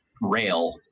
rail